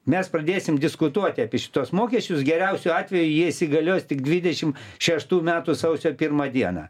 mes pradėsim diskutuoti apie šituos mokesčius geriausiu atveju jie įsigalios tik dvidešim šeštų metų sausio pirmą dieną